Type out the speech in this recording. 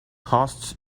costs